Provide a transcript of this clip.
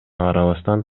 карабастан